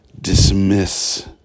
dismiss